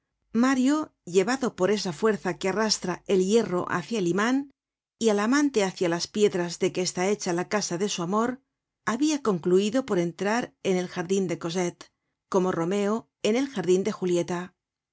mario llevado por esa fuerza que arrastra el hierro hácia el iman y al amante hácia las piedras de que está hecha la casa de su amor habia concluido por entrar en el jardin de cosette como romeo en el jardin de julieta